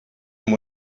amb